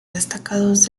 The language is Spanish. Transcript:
destacados